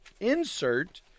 insert